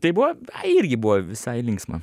tai buvo ai irgi buvo visai linksma